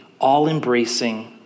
all-embracing